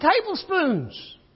tablespoons